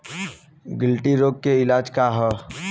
गिल्टी रोग के इलाज का ह?